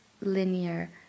linear